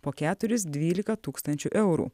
po keturis dvylika tūkstančių eurų